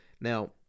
Now